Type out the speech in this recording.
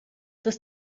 dass